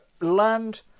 land